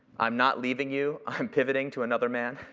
i'm not leaving you. i'm pivoting to another man.